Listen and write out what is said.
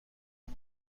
آمد